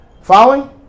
Following